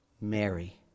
Mary